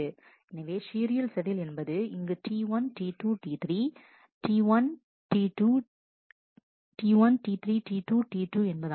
எனவே serial schedule என்பது இங்குT1T2T3T1T 3T2T2 என்பதாகும்